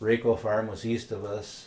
reiko pharmacy east of us